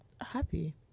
happy